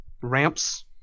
ramps